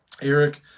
Eric